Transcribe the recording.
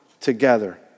together